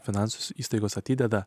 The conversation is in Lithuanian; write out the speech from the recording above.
finansų įstaigos atideda